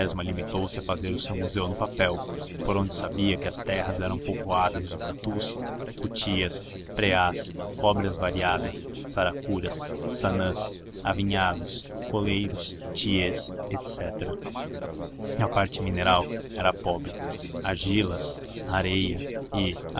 museu no papel por onde sabia que as terras eram povoadas de tatus cutias preás cobras variadas saracuras sanãs avinhados coleiros tiês etc a parte mineral era pobre argilas areia e